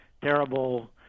terrible